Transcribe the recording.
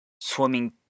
swimming